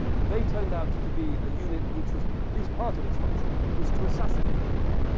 and they turned out to be a unit which was at least part of its function was to assassinate people,